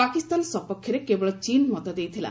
ପାକିସ୍ତାନ ସପକ୍ଷରେ କେବଳ ଚୀନ୍ ମତ ଦେଇଥିଲା